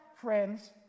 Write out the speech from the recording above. friends